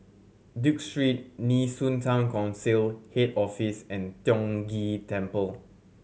Duke Street Nee Soon Town Council Head Office and Tiong Ghee Temple